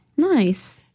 Nice